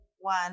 one